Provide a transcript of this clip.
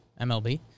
MLB